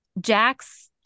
jack's